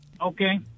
okay